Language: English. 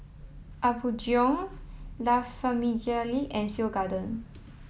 Apgujeong La Famiglia and Seoul Garden